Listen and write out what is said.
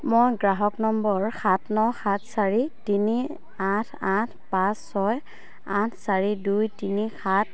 মই গ্ৰাহক নম্বৰ সাত ন সাত চাৰি তিনি আঠ আঠ পাঁচ ছয় আঠ চাৰি দুই তিনি সাত